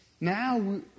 Now